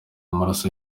amaraso